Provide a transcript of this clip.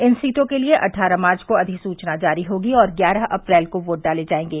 इन सीटो के लिए के लिए अट्ठारह मार्च को अधिसूचना जारी होगी और ग्यारह अप्रैल को वोट डाले जायेंगे